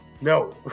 no